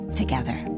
together